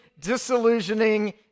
disillusioning